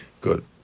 Good